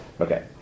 Okay